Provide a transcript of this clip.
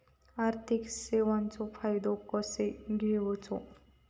आर्थिक सेवाचो फायदो कसो घेवचो?